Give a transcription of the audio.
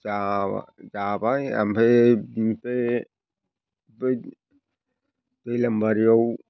जाबाय ओमफ्राय बेनिफ्राय बै दैलाम बारियाव